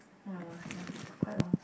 one hour ya quite long